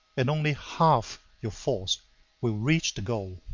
and only half your force will reach the goal.